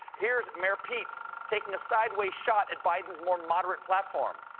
here's mayor pete taking a sideways shot at biden's more moderate platform.